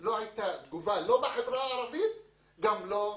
לא הייתה תגובה, גם לא בחברה הערבית וגם לא כאן.